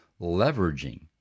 leveraging